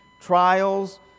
trials